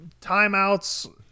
timeouts